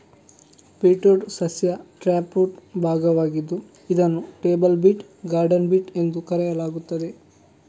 beetroot ಸಸ್ಯ taproot ಭಾಗವಾಗಿದ್ದು ಇದನ್ನು ಟೇಬಲ್ ಬೀಟ್, ಗಾರ್ಡನ್ ಬೀಟ್ ಎಂದು ಕರೆಯಲಾಗುತ್ತದೆ